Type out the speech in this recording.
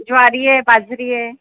ज्वारी आहे बाजरी आहे